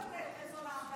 אבל החוק מבטא את רצון העם,